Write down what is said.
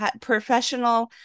Professional